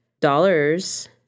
dollars